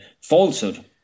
falsehood